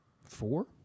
four